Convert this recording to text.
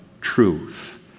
truth